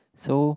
so